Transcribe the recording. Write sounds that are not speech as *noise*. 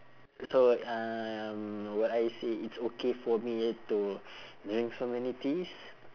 s~ so um would I say it's okay for me to *breath* drink so many teas